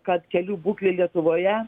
kad kelių būklė lietuvoje